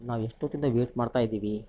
ನಾವೆಷ್ಟೊತ್ತಿಂದ wait ಮಾಡ್ತಾ ಇದ್ದೀವಿ